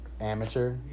amateur